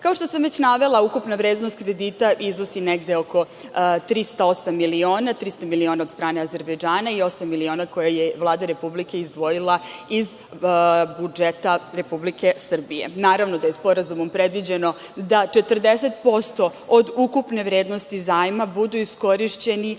što sam već navela, ukupna vrednost kredita iznosi negde oko 308 miliona, 300 miliona od strane Azerbejdžana i osam miliona koje je Vlada Republike izdvojila iz budžeta Republike Srbije. Naravno da je sporazumom predviđeno da 40% od ukupne vrednosti zajma budu iskorišćeni